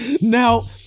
Now